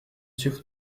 sucre